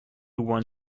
won